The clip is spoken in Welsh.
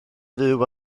fyw